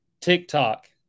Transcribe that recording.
TikTok